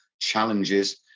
challenges